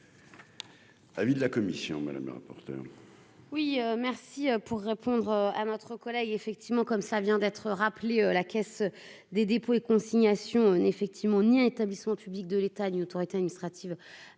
Avis de la commission madame la rapporteure.